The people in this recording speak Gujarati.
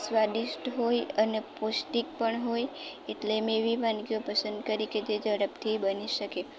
સ્વાદિષ્ટ હોય અને પૌષ્ટિક પણ હોય એટલે મેં એવી વાનગીઓ પસંદ કરી કે જે ઝડપથી બની શકે